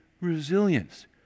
resilience